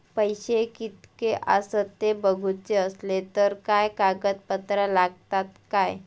पैशे कीतके आसत ते बघुचे असले तर काय कागद पत्रा लागतात काय?